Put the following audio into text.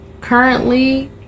currently